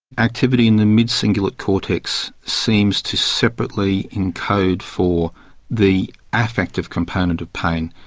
activity in the midcingulate cortex seems to separately encode for the affective component of pain.